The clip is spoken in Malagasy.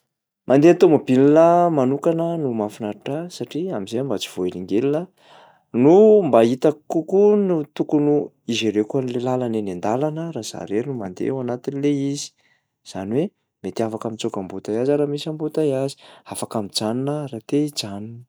Mandeha tômôbila manokana no mahafinaritra ahy satria am'zay aho mba tsy voahelingelina no mba hitako kokoa no tokony hi-gérer-ko an'le làlana eny an-dàlana raha za irery no mandeha ao anatin'lay izy, zany hoe mety afaka mitsoaka embouteillage aho raha misy embouteillage, afaka mijanona aho raha te hijanona.